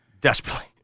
desperately